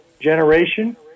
generation